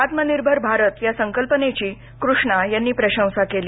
आत्मनिर्भर भारत या संकल्पनेची कृष्णा यांनी प्रशंसा केली